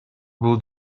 бул